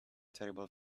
terrible